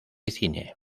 cine